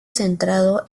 centrado